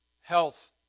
health